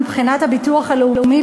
מבחינת הביטוח הלאומי,